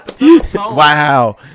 Wow